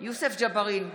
יוסף ג'בארין,